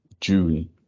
June